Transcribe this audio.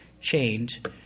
Chained